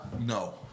No